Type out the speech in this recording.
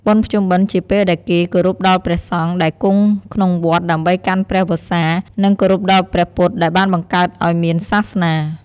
បុណ្យភ្ជុំបិណ្ឌជាពេលដែលគេគោរពដល់ព្រះសង្ឃដែលគង់ក្នុងវត្តដើម្បីកាន់ព្រះវស្សា និងគោរពដល់ព្រះពុទ្ធដែលបានបង្កើតឲ្យមានសាសនា។